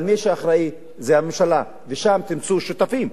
אבל מי שאחראי זה הממשלה, ושם תמצאו שותפים.